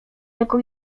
jako